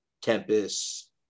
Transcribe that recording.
Tempest